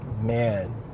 man